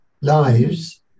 lives